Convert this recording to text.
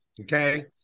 okay